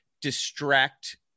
distract